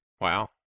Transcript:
Wow